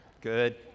Good